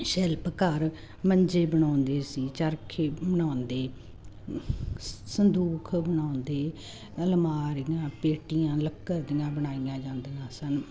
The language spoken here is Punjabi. ਸ਼ਿਲਪਕਾਰ ਮੰਜੇ ਬਣਾਉਂਦੇ ਸੀ ਚਰਖੇ ਬਣਾਉਂਦੇ ਸੰਦੂਕ ਬਣਾਉਂਦੇ ਅਲਮਾਰੀਆਂ ਪੇਟੀਆਂ ਲੱਕੜ ਦੀਆਂ ਬਣਾਈਆਂ ਜਾਂਦੀਆਂ ਸਨ